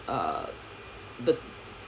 err the